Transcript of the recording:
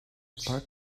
park